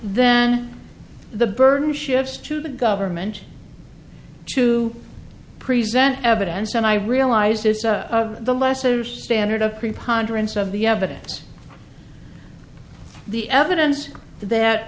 then the burden shifts to the government to present evidence and i realize this is the lesser standard of preponderance of the evidence the evidence that